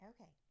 Okay